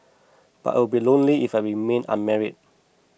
but I would be lonely if I remained unmarried